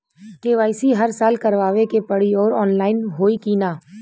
KYC हर साल करवावे के पड़ी और ऑनलाइन होई की ना?